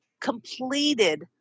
completed